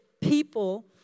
people